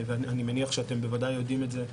ואני מניח שאתם בוודאי יודעים את זה,